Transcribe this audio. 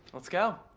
let's go.